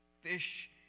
fish